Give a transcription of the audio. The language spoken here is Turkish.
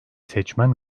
seçmen